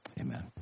Amen